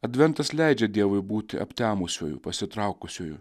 adventas leidžia dievui būti aptemusiuoju pasitraukusiuoju